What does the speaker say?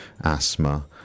asthma